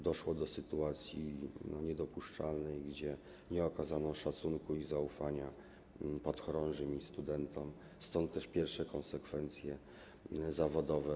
Doszło do sytuacji niedopuszczalnej, gdzie nie okazano szacunku i zaufania podchorążym i studentom, stąd też pierwsze konsekwencje zawodowe.